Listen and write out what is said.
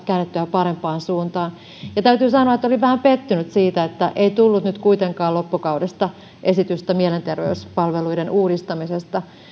parempaan suuntaan ja täytyy sanoa että olin vähän pettynyt siitä että ei tullut nyt kuitenkaan loppukaudesta esitystä mielenterveyspalveluiden uudistamisesta